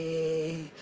a